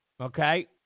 okay